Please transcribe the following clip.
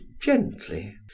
gently